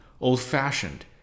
old-fashioned